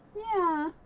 yeah.